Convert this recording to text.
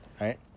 right